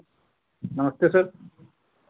नमस्ते सर